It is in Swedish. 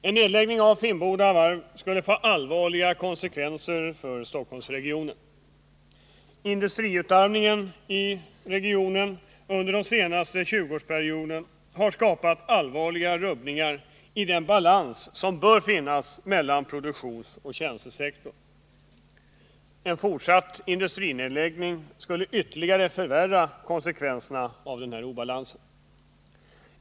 En nedläggning av Finnboda Varf skulle få allvarliga konsekvenser för Stockholmsregionen. Industriutarmningen av Stockholmsregionen under den senaste 20-årsperioden har skapat allvarliga rubbningar i den balans som bör finnas mellan produktionsoch tjänstesektorn. En fortsatt industrinedläggning skulle ytterligare förvärra konsekvenserna av denna obalans.